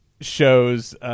shows